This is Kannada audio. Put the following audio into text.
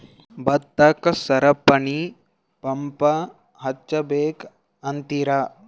ಭತ್ತಕ್ಕ ಸರಪಣಿ ಪಂಪ್ ಹಚ್ಚಬೇಕ್ ಅಂತಿರಾ?